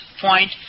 point